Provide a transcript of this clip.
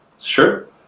Sure